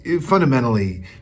fundamentally